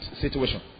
situation